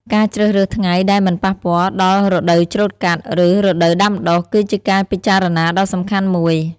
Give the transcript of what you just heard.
ការជ្រើសរើសថ្ងៃដែលមិនប៉ះពាល់ដល់រដូវច្រូតកាត់ ឬរដូវដាំដុះ គឺជាការពិចារណាដ៏សំខាន់មួយ។